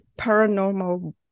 paranormal